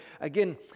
again